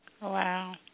wow